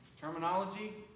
terminology